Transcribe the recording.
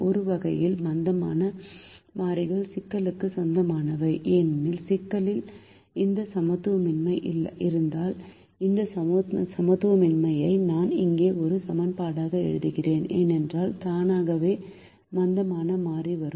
ஒரு வகையில் மந்தமான மாறிகள் சிக்கலுக்கு சொந்தமானவை ஏனெனில் சிக்கலில் இந்த சமத்துவமின்மை இருந்தால் இந்த சமத்துவமின்மையை நான் இங்கே ஒரு சமன்பாடாக எழுதுகிறேன் என்றால் தானாகவே மந்தமான மாறி வரும்